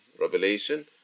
revelation